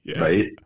Right